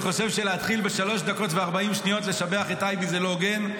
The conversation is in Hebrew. אני חושב שלהתחיל בשלוש דקות ו-40 שניות לשבח את טייבי זה לא הוגן.